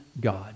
God